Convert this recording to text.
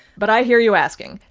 but i hear you asking,